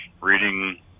reading